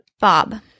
Bob